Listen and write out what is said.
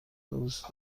دوست